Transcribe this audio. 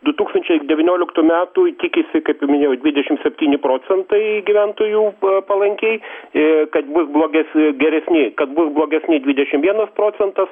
du tūkstančiai devynioliktų metų tikisi kaip jau minėjau dvidešim septyni procentai gyventojų palankiai ir kad bus bloges geresni kad bus blogesni dvidešim vienas procentas